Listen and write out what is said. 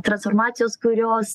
transformacijos kurios